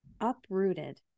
Uprooted